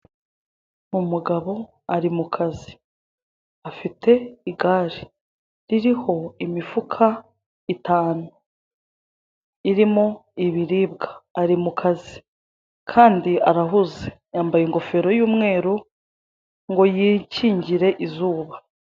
Umugabo ari mu kazi. Afite igare ririho imifuka itanu, irimo ibiribwa. Ari mu kazi kandi arahuze. Yambaye ingofero y'umweru ngo yikingire izuba.